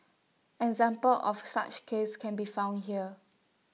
examples of such cases can be found here